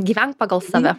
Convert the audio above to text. gyvenk pagal save